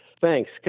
Thanks